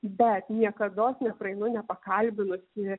bet niekados nepraeinu nepakalbinusi